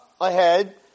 ahead